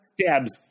Stabs